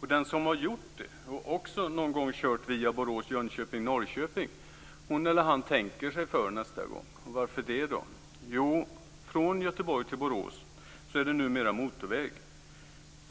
Den som har gjort det och som också någon gång har kört via Borås, Jönköping och Norrköping tänker sig för nästa gång. Varför? Jo, från Göteborg till Borås är det numera motorväg.